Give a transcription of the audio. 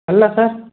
ಅಲ್ಲ ಸರ್